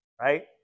right